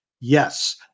Yes